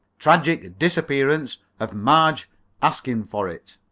tragic disappearance of marge askinforit